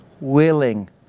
willing